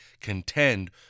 contend